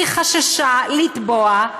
היא חששה לתבוע,